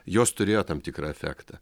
jos turėjo tam tikrą efektą